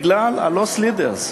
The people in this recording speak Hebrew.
בגלל ה-loss leaders.